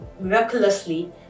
miraculously